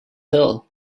hill